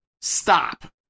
Stop